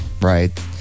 right